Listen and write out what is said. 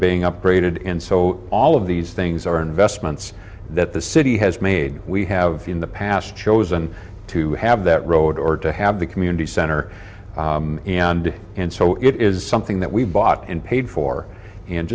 being upgraded in so all of these things are investments that the city has made we we have in the past chosen to have that road or to have the community center and and so it is something that we bought and paid for